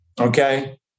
Okay